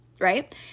Right